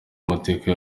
amateka